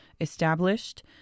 established